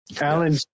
alan